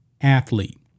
athlete